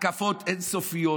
התקפות אין-סופיות.